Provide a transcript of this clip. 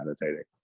meditating